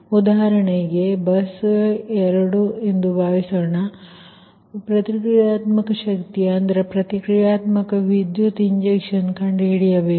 ಉದಾಹರಣೆಗೆ ಇದು ಬಸ್ 2 ಎಂದು ಭಾವಿಸೋಣ ಪ್ರತಿಕ್ರಿಯಾತ್ಮಕ ಶಕ್ತಿ ಅಂದರೆ ಪ್ರತಿಕ್ರಿಯಾತ್ಮಕ ವಿದ್ಯುತ್ ಇಂಜೆಕ್ಷನ್ ಕಂಡುಹಿಡಿಯಬೇಕು